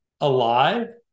alive